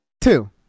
two